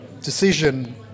decision